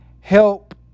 help